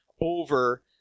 over